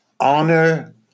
honor